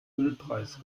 ölpreis